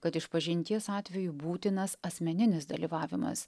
kad išpažinties atveju būtinas asmeninis dalyvavimas